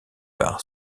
par